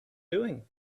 doing